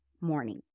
morning